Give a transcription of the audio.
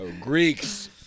Greeks